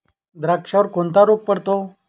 द्राक्षावर कोणता रोग पडतो?